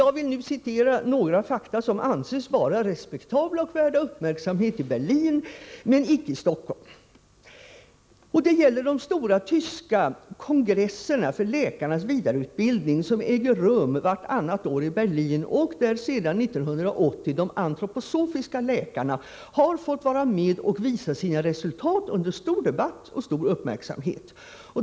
Jag vill referera några fakta som anses vara respektabla och värda uppmärksamhet i Berlin men icke i Stockholm. Det gäller de stora tyska kongresserna för läkarnas vidareutbildning som äger rum vartannat år i Berlin och där sedan 1980 de antroposofiska läkarna har fått vara med och visa sina resultat, under livlig debatt och stor uppmärksamhet.